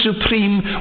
supreme